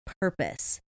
purpose